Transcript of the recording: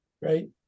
right